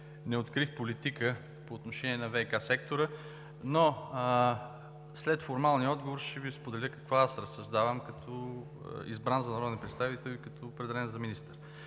не открих политика по отношение на ВиК сектора, но след формалния отговор ще Ви споделя, какво аз разсъждавам като избран за народен представител и като определен за министър.